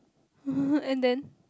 and then